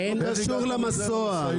זה לא קשור למסוע.